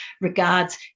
regards